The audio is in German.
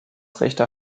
rechter